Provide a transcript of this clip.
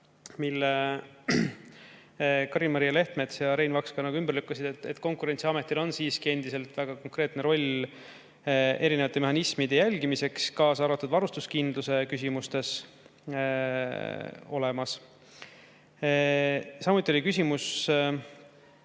mille Karin Maria Lehtmets ja Rein Vaks ümber lükkasid, öeldes, et Konkurentsiametil on siiski endiselt väga konkreetne roll erinevate mehhanismide jälgimises, kaasa arvatud varustuskindluse küsimustes. Samuti oli küsimus